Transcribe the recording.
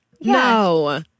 No